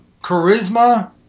charisma